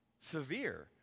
severe